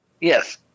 Yes